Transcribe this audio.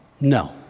No